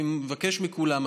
אני מבקש מכולם,